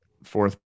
fourth